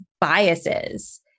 biases